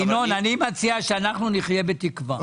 ינון, אני מצע שנחיה בתקווה.